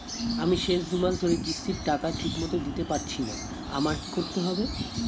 আমি শেষ দুমাস ধরে কিস্তির টাকা ঠিকমতো দিতে পারছিনা আমার কি করতে হবে?